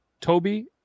Toby